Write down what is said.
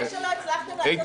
זה שלא הצלחתם לעשות --- לא לא.